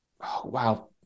Wow